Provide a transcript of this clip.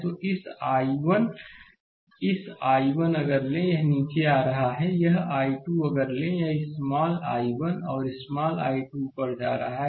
तो इस I1 इस I1 अगर ले यह नीचे आ रहा है और यह I2 अगर ले यह इस स्मॉल I1 और स्मॉल I2 ऊपर जा रहा है